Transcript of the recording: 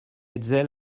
hetzel